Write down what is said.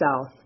South